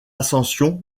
ascension